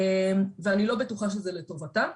אני לא בטוחה שזה לטובתה.